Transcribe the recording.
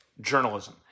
Journalism